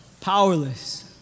Powerless